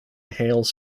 hails